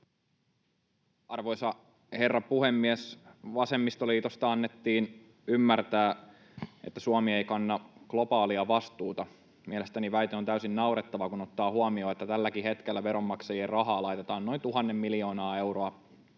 Arvoisa herra puhemies! Vasemmistoliitosta annettiin ymmärtää, että Suomi ei kanna globaalia vastuuta. Mielestäni väite on täysin naurettava, kun ottaa huomioon, että tälläkin hetkellä veronmaksajien rahaa laitetaan noin tuhannen miljoonaa euroa